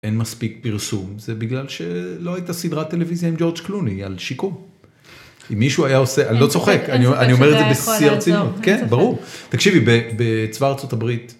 אין מספיק פרסום, זה בגלל שלא הייתה סדרת טלוויזיה עם ג'ורג' קלוני, על שיקום. אם מישהו היה עושה, אני לא צוחק, אני אומר את זה בשיא הרצינות, כן, ברור. תקשיבי, בצבא ארצות הברית,